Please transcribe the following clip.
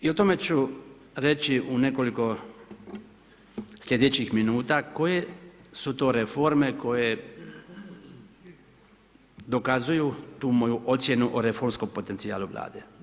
I o tome ću reći u nekoliko sljedećih minuta koje su to reforme koje dokazuju tu moju ocjenu o reformskom potencijalu Vlade.